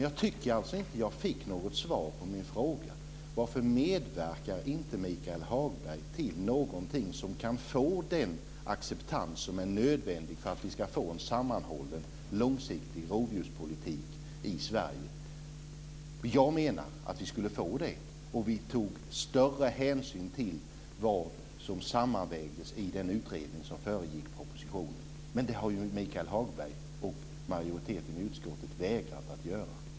Jag tycker dock inte att jag fick något svar på min fråga varför Michael Hagberg inte medverkar till någonting som kan ge den acceptans som är nödvändig för att vi ska få en sammanhållen långsiktig rovdjurspolitik i Sverige. Jag menar att vi skulle få en sådan om vi tog större hänsyn till de sammanvägningar som gjordes i den utredning som föregick propositionen, men det har Michael Hagberg och utskottsmajoriteten vägrat att göra.